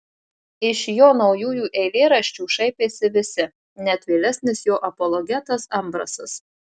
iš jo naujųjų eilėraščių šaipėsi visi net vėlesnis jo apologetas ambrasas